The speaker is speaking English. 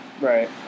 Right